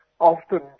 often